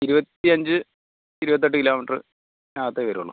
ഇരുപത്തിയഞ്ച് ഇരുപത്തെട്ട് കിലോമീറ്ററ് അകത്തെ വരൂള്ളൂ